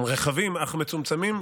רחבים אך מצומצמים,